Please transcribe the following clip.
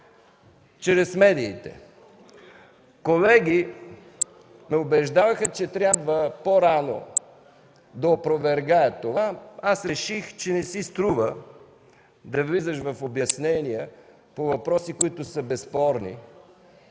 чрез медиите. Колеги ме убеждаваха, че трябва по-рано да опровергаят това. Аз реших, че не си струва да влизаш в обяснения по въпроси, които са безспорни